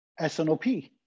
SNOP